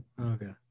okay